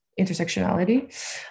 intersectionality